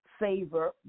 favor